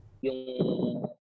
Yung